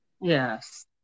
Yes